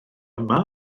yma